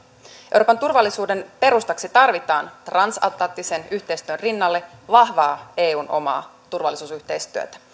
euroopan turvallisuuden perustaksi tarvitaan transatlanttisen yhteistyön rinnalle vahvaa eun omaa turvallisuusyhteistyötä